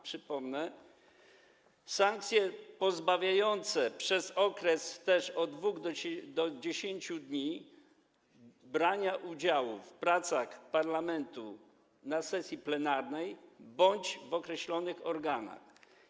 Przypomnę - sankcje pozbawiające przez okres od 2 do 10 dni brania udziału w pracach Parlamentu na sesji plenarnej bądź w określonych organach.